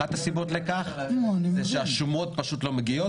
אחת הסיבות לכך זה שהשומות פשוט לא מגיעות.